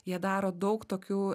jie daro daug tokių